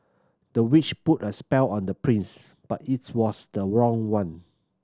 the witch put a spell on the prince but it's was the wrong one